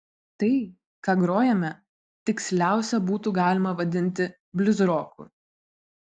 tai ką grojame tiksliausia būtų galima vadinti bliuzroku